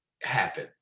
happen